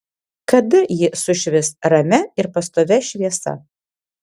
kada ji sušvis ramia ir pastovia šviesa